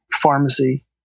pharmacy